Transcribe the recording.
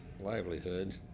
livelihood